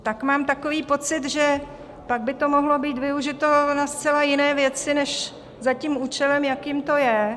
Tak mám takový pocit, že pak by to mohlo být využito na zcela jiné věci než za tím účelem, jakým to je.